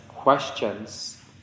Questions